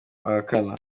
ahakana